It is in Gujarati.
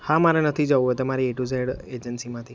હા મારે નથી જવું હવે તમારી એ ટુ ઝેડ એજન્સીમાંથી હા